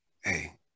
hey